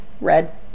Red